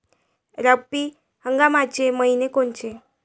रब्बी हंगामाचे मइने कोनचे?